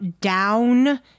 down